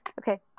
Okay